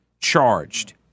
charged